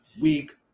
week